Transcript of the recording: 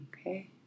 Okay